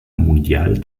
mundial